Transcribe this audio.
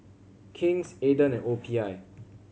King's Aden and O P I